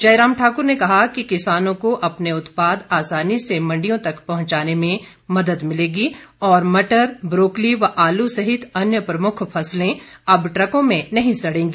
जयराम ठाक्र ने कहा कि किसानों को अपने उत्पाद आसानी से मंडियों तक पहुंचाने में मदद मिलेगी और मटर ब्रौकली व आलू सहित अन्य प्रमुख फसलें अब ट्रकों में नहीं सड़ेगी